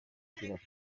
batera